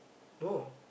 no